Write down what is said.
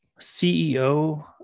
CEO